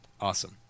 Awesome